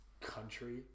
country